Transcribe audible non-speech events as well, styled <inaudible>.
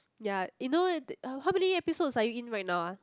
ya you know <noise> how many episodes are you in right now ah